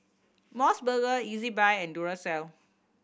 Mos Burger Ezbuy and Duracell